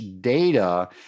data